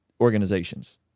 organizations